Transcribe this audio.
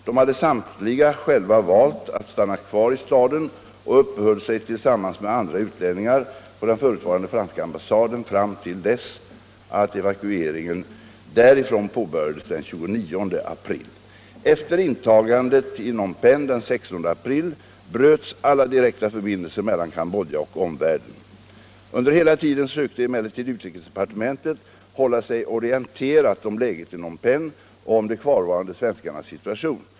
De hade samtliga själva valt att stanna kvar i staden och uppehöll sig tillsammans med andra utlänningar på den förutvarande franska ambassaden fram till dess att evakueringen därifrån påbörjades den 29 april. Efter intagandet av Phnom Penh den 16 april bröts alla direkta förbindelser mellan Cambodja och omvärlden. Under hela tiden sökte emellertid utrikesdepartementet hålla sig orienterat om läget i Phnom Penh och om de kvarvarande svenskarnas situation.